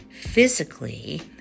physically